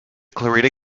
clarita